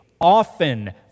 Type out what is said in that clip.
often